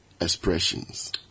expressions